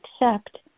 accept